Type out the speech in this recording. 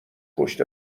پشت